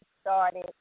started